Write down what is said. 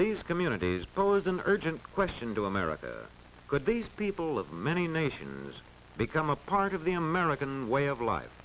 these communities pose an urgent question to america good these people of many nations become a part of the american way of life